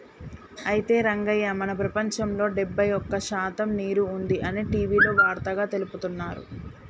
అయితే రంగయ్య మన ప్రపంచంలో డెబ్బై ఒక్క శాతం నీరు ఉంది అని టీవీలో వార్తగా తెలుపుతున్నారు